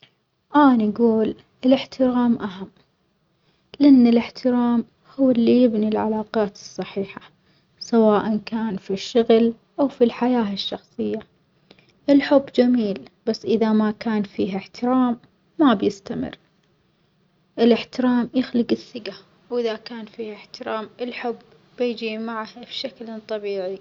أني أجول الإحترام أهم لأن الإحترام هو اللي يبني العلاقات الصحيحة سواءً كان في الشغل أو في الحياة الشخصية، الحب جميل بس إذا ما كان فيه إحترام ما بيستمر، الإحترام يخلج الثجة وإذا كان في إحترام الحب يجي معها بشكلٍ طبيعي.